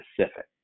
specific